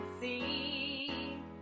see